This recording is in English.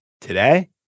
today